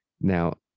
Now